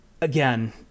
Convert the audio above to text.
Again